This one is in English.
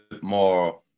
more